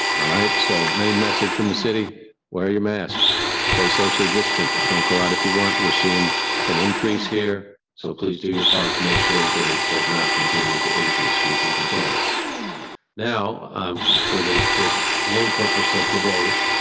all right, so main message from the city where your mask stay socially distant. don't go out if you want. we're seeing an increase here, so please do your part to make sure that does not continue to increase. we can control this now for the main purpose of today.